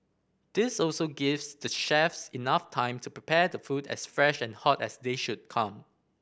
this also gives the chefs enough time to prepare the food as fresh and hot as they should come